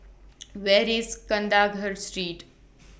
Where IS Kandahar Street